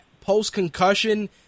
post-concussion